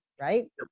right